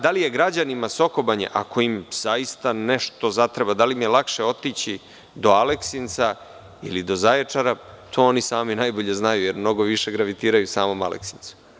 Da li je građanima Sokobanje, ako im zaista nešto zatreba, da li im je lakše otići do Aleksinca ili do Zaječara, to oni sami najbolje znaju, jer mnogo više gravitiraju u samom Aleksincu.